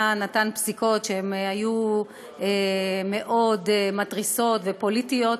נתן פסיקות שהיו מאוד מתריסות ופוליטיות.